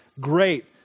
great